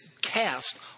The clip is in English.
cast